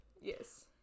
yes